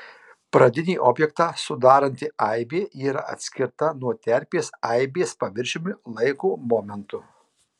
pradinį objektą sudaranti aibė yra atskirta nuo terpės aibės paviršiumi laiko momentu